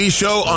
show